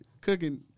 cooking